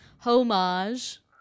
Homage